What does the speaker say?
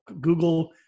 Google